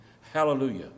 Hallelujah